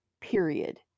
period